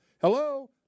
Hello